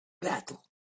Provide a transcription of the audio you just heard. battle